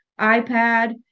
iPad